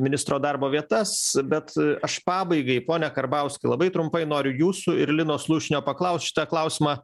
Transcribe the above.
ministro darbo vietas bet aš pabaigai pone karbauski labai trumpai noriu jūsų ir lino slušnio paklaust šitą klausimą